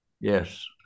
Yes